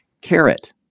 Carrot